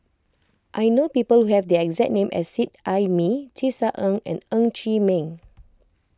I know people who have the exact name as Seet Ai Mee Tisa Ng and Ng Chee Meng